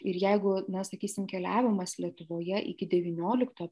ir jeigu na sakysim keliavimas lietuvoje iki devyniolikto